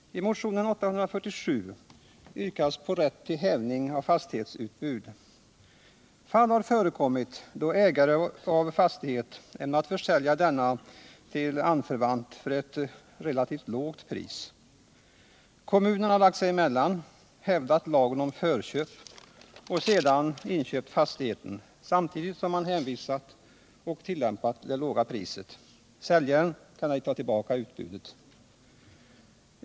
I motionen 847 yrkas på rätt till hävning av fastighetsutbud. Fall har förekommit då ägare av fastighet ämnat försälja denna till anförvant för ett relativt lågt pris. Kommunen har lagt sig emellan, hävdat lagen om förköp och sedan inköpt fastigheten, samtidigt som man hänvisat till och tillämpat det låga priset. Säljaren kan ej ta tillbaka utbudet.